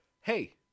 Hey